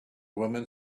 woman